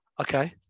Okay